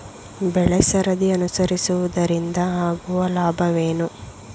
ಬೆಳೆಸರದಿ ಅನುಸರಿಸುವುದರಿಂದ ಆಗುವ ಲಾಭವೇನು?